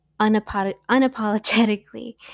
unapologetically